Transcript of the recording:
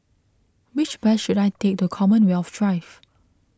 which bus should I take to Commonwealth Drive